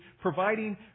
providing